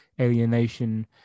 alienation